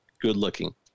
good-looking